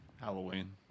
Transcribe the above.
Halloween